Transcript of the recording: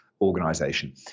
organization